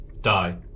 Die